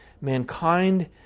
mankind